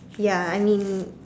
ya I mean